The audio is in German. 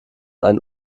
einen